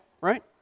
right